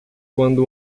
quando